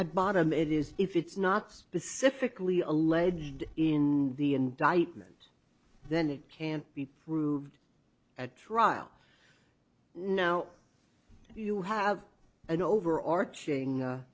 at bottom it is if it's not specifically alleged in the indictment then it can't be proved a trial now you have an overarching